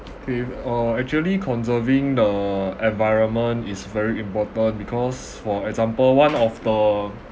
K uh actually conserving the environment is very important because for example one of the